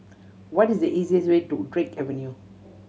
what is the easiest way to Drake Avenue